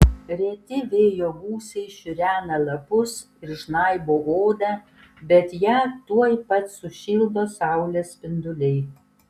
reti vėjo gūsiai šiurena lapus ir žnaibo odą bet ją tuoj pat sušildo saulės spinduliai